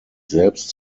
selbst